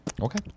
Okay